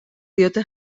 diote